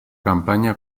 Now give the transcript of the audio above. campaña